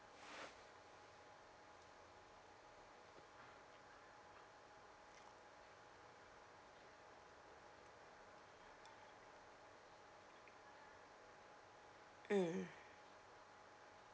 mm